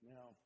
Now